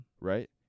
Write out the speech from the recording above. Right